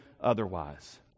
otherwise